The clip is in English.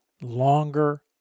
longer